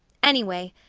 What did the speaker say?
anyway,